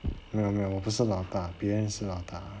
没有没有我不是老大别人是老大